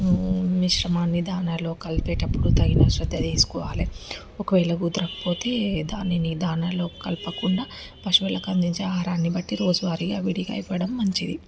మిశ్రమాన్ని దానాలో కలిపేటప్పుడు తగిన శ్రద్ధ తీసుకోవాలి ఒకవేళ కుదరకపోతే దానీనీ దానలో కలపకుండా పశువులకు అందించే ఆహారాన్ని బట్టి రోజు వారీగా విడిగా ఇవ్వడం మంచిది